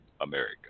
America